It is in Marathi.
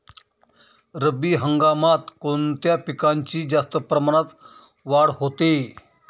रब्बी हंगामात कोणत्या पिकांची जास्त प्रमाणात वाढ होते?